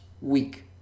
week